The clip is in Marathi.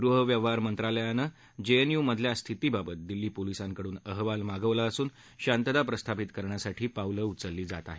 गृह व्यवहार मंत्रालयानं जेएनयूमधल्या स्थितीबाबत दिल्ली पोलिसांकडून अहवाल मागवला असून शांतता प्रस्थापित करण्यासाठी पावलं उचलली जात आहेत